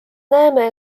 näeme